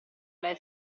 lei